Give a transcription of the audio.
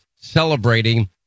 celebrating